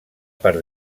per